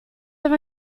have